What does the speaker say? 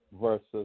versus